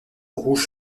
rouge